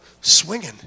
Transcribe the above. swinging